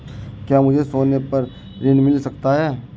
क्या मुझे सोने पर ऋण मिल सकता है?